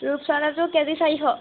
ৰূপচন্দাটো K G চাৰিশ